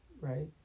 right